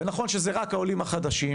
ונכון שזה רק העולים החדשים,